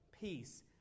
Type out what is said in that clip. peace